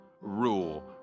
rule